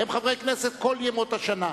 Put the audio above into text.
הם חברי כנסת כל ימות השנה,